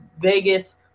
Vegas